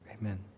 Amen